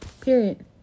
Period